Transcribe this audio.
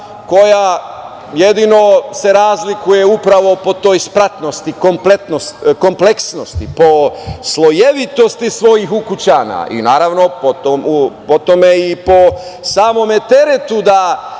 koja jedino se razlikuje upravo po toj spratnosti, kompleksnosti, po slojevitosti svojih ukućana i naravno po tome i po samom teretu da